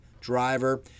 driver